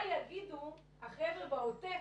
מה יגידו החבר'ה בעוטף